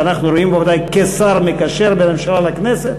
שאנחנו רואים בו בוודאי שר מקשר בין הממשלה לכנסת,